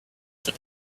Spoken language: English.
that